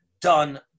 done